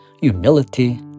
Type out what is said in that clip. humility